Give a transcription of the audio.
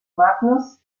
magnus